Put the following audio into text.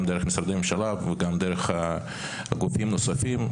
גם דרך משרדי הממשלה ודרך גופים נוספים,